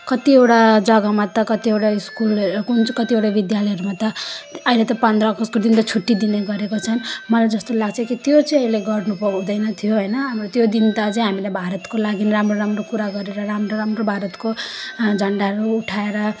कतिवटा जग्गामा त कतिवटा स्कुलहरू कुन चाहिँ कतिवटा विद्यालयहरूमा त अहिले त पन्ध्र अगस्तको दिन त छुट्टी दिने गरेको छन् मलाई जस्तो लाग्छ कि त्यो चाहिँ यसले गर्नुहुँदैन थियो होइन हाम्रो त्यो दिन त अझै हामीले भारतको लागि राम्रो राम्रो कुरा गरेर राम्रो राम्रो भारतको झन्डाहरू उठाएर